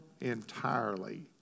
entirely